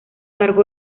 largo